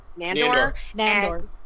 Nandor